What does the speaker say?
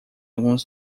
alguns